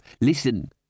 Listen